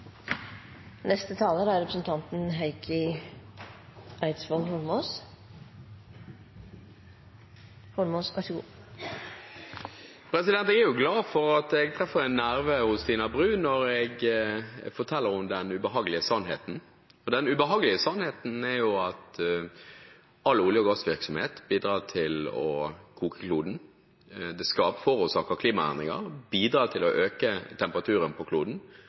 Jeg er glad for at jeg treffer en nerve hos Tina Bru når jeg forteller henne den ubehagelige sannheten. Og den ubehagelige sannheten er at all olje- og gassvirksomhet bidrar til å koke kloden – forårsaket av klimaendringer – bidrar til å øke temperaturen på kloden.